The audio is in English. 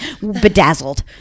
Bedazzled